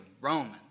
Roman